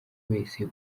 wese